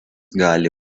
gali